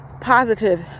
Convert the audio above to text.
positive